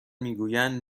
میگویند